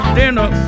dinner